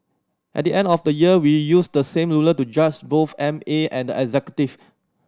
at the end of the year we use the same ruler to judge both M A and the executive